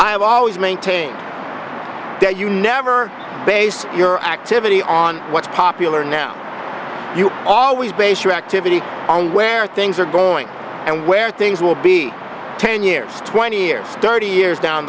i have always maintained that you never base your activity on what's popular now you always base your activity on where things are going and where things will be ten years twenty years thirty years down